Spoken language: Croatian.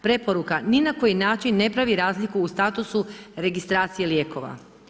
Preporuka ni na koji način ne pravi razliku u statusu registracije lijekova.